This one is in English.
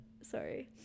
sorry